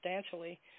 substantially